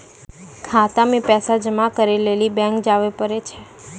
खाता मे पैसा जमा करै लेली बैंक जावै परै छै